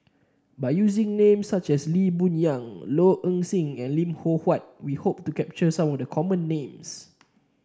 by using names such as Lee Boon Yang Low Ing Sing and Lim Loh Huat we hope to capture some of the common names